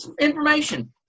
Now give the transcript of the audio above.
information